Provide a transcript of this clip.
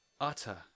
utter